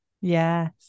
yes